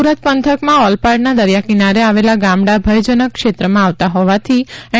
સુરત પંથકમાં ઓલપાડના દરિયા કિનારે આવેલા ગામડાં ભયજનક ક્ષેત્રમાં આવતા હોવાથી એન